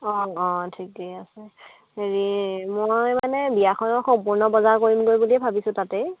অঁ অঁ ঠিকেই আছে হেৰি মই মানে বিয়াখনৰ সম্পূৰ্ণ বজাৰ কৰিমগৈ বুলি ভাবিছোঁ তাতে